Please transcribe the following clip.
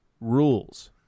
rules